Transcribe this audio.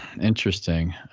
interesting